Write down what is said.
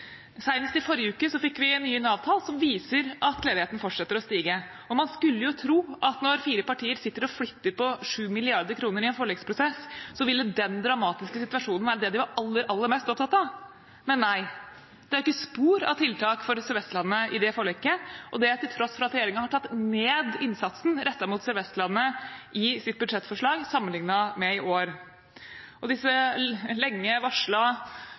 Senest i forrige uke fikk vi nye Nav-tall som viser at ledigheten fortsetter å stige, og man skulle jo tro at når fire partier sitter og flytter på 7 mrd. kr i en forliksprosess, ville den dramatiske situasjonen være det de var aller, aller mest opptatt av. Men nei, det er ikke spor av tiltak for Sør-Vestlandet i det forliket, og det til tross for at regjeringen har tatt ned innsatsen rettet mot Sør-Vestlandet i sitt budsjettforslag sammenliknet med i år. Disse lenge varslede dynamiske effektene av skattekuttene uteblir stadig. Regjeringens finanspolitikk virker rett og